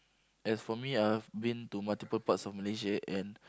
as for me I've been to multiple parts of Malaysia and